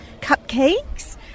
cupcakes